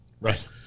right